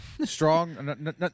Strong